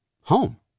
home